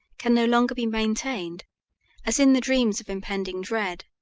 can no longer be maintained as in the dreams of impending dread.